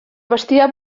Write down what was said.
bestiar